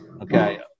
okay